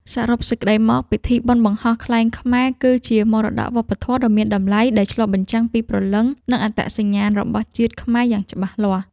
សរុបសេចក្ដីមក ពិធីបុណ្យបង្ហោះខ្លែងខ្មែរ គឺជាមរតកវប្បធម៌ដ៏មានតម្លៃដែលឆ្លុះបញ្ចាំងពី ព្រលឹង និងអត្តសញ្ញាណ របស់ជាតិខ្មែរយ៉ាងច្បាស់លាស់។